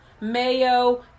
mayo